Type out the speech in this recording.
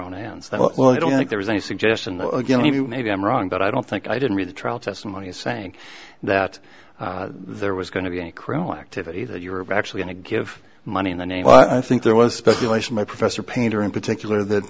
own ends well i don't think there was any suggestion again maybe maybe i'm wrong but i don't think i didn't read the trial testimony saying that there was going to be any criminal activity that you were actually in to give money in the name but i think there was speculation by professor painter in particular that